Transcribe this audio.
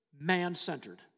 man-centered